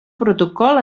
protocol